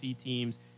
teams